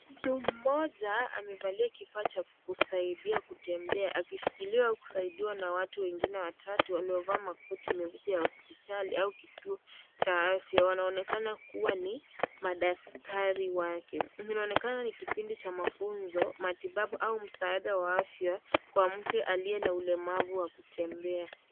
Mtu mmoja amevalia kifaa Cha kusaidia kutembea akishikiliwa na kusaidiwa na watu wengine watatu waliovaa makoti meupe ya hospitali au kituo Cha afya wanaonekana kuwa ni madaktari wake, inaonekana ni kipindi Cha mafunzo ,matibabu au msaada wa afya kwa mtu aliye na ulemavu wa kutembea.